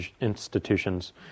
institutions